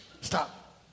Stop